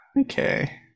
okay